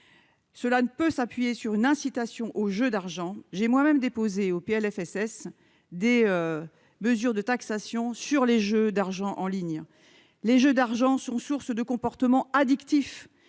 cela ne peut s'appuyer sur une incitation aux jeux d'argent, j'ai moi-même déposé au PLFSS des mesures de taxation sur les jeux d'argent en ligne, les jeux d'argent sont source de comportements addictifs,